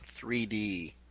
3d